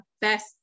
best